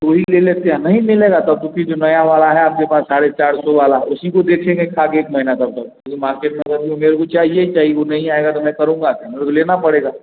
तो वो ही ले लेते हमें भी नहीं लगा था क्योंकि जो नया वाला है आपके पास साढ़े चार सौ वाला उसी को देखेंगे खा कर एक महीना तब तक अभी मार्केट में मेरे को चाहिए ही चाहिए वो नहीं आएगा तो मैं करूँगा क्या मेरे को लेना पड़ेगा